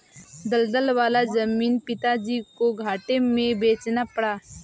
दलदल वाला जमीन पिताजी को घाटे में बेचना पड़ा